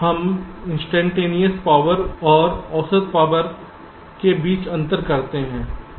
तो हम instantaneous power ऊर्जा और औसत पावर के बीच अंतर करते हैं